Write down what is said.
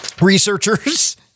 Researchers